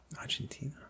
Argentina